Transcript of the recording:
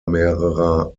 mehrerer